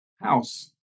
House